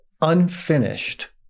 unfinished